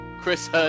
Chris